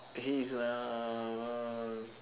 he is a